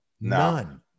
None